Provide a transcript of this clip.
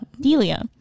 Delia